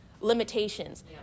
limitations